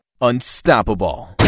unstoppable